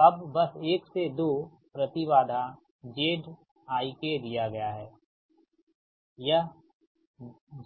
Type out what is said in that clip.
तो अब बस 1 से 2 प्रति बाधा Zikदिया गया है तो यह